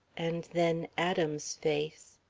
and then adam's face